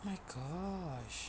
my gosh